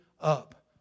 up